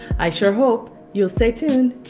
i sure hope you'll stay tuned.